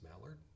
Mallard